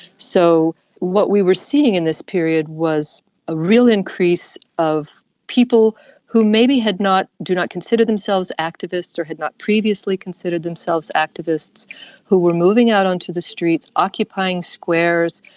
so what we were seeing in this period was a real increase of people who maybe do not do not consider themselves activists or had not previously considered themselves activists who were moving out onto the streets, occupying squares,